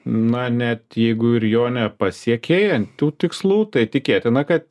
na net jeigu ir jo nepasiekei tų tikslų tai tikėtina kad